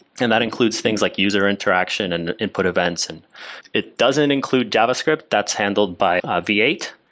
and that includes things like user interaction and input events. and it doesn't include javascript. that's handled by ah v eight,